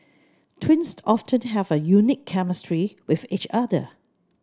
twins often have a unique chemistry with each other